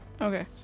Okay